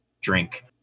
drink